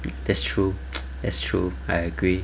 that's true that's true I agree